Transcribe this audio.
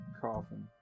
coffin